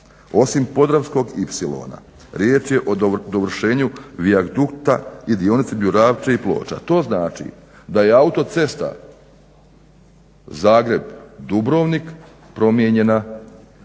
"osim Podravskog ipsilona riječ je o dovršenju Vijadukta i dionica između Dravče i Ploča". To znači da je autocesta Zagreb-Dubrovnik promijenjena.